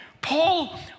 Paul